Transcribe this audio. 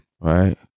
Right